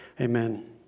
amen